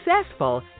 successful